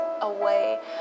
away